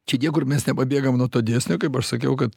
čia niekur mes nepabėgam nuo to dėsnio kaip aš sakiau kad